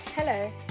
Hello